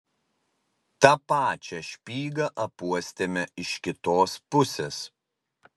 tą pačią špygą apuostėme iš kitos pusės